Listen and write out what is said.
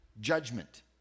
judgment